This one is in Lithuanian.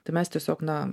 tai mes tiesiog na